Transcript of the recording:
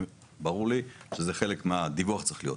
ברור לי שזה חלק מהדיווח צריך להיות.